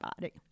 body